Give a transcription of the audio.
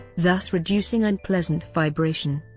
thus reducing unpleasant vibration.